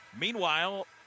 Meanwhile